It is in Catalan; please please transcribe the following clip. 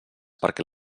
perquè